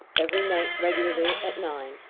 every night, regularly, at nine,